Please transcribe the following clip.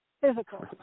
Physical